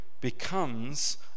becomes